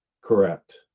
Correct